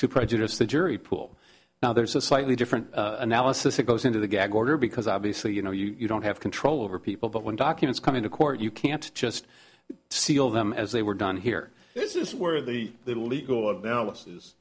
to prejudice the jury pool now there's a slightly different analysis that goes into the gag order because obviously you know you don't have control over people but when documents come into court you can't just seal them as they were done here this is where the legal